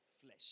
flesh